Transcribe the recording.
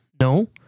No